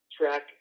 track